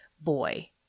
boy